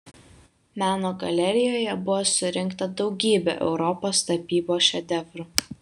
meno galerijoje buvo surinkta daugybė europos tapybos šedevrų